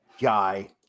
guy